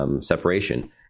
separation